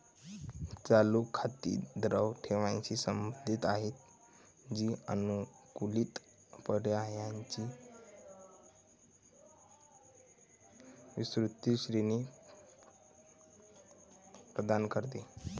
चालू खाती द्रव ठेवींशी संबंधित आहेत, जी सानुकूलित पर्यायांची विस्तृत श्रेणी प्रदान करते